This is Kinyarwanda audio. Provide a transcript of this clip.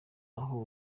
aho